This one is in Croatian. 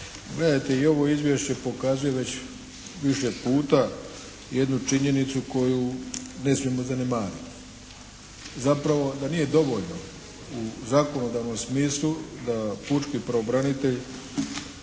Gledajte, i ovo Izvješće pokazuje već više puta jednu činjenicu koju ne smijemo zanemariti. Zapravo da nije dovoljno u zakonodavnom smislu da pučki pravobranitelj,